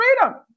freedom